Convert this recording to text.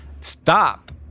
stop